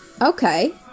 Okay